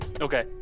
Okay